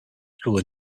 school